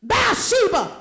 Bathsheba